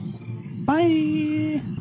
bye